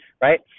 right